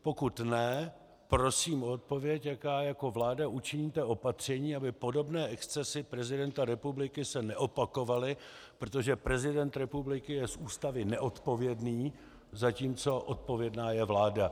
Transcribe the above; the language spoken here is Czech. Pokud ne, prosím o odpověď, jaká jako vláda učiníte opatření, aby se podobné excesy prezidenta republiky neopakovaly, protože prezident republiky je z Ústavy neodpovědný, zatímco odpovědná je vláda.